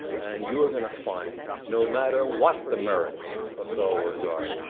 and you are going to find, no matter what the merits of star wars are,